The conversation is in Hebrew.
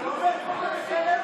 הוא עומד פה ומקלל.